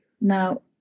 now